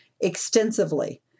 extensively